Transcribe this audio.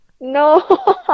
No